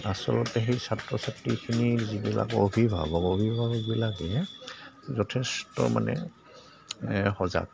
আচলতে সেই ছাত্ৰ ছাত্ৰীখিনি যিবিলাক অভিভাৱক অভিভাৱবিলাকে যথেষ্ট মানে এ সজাগ